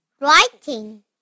writing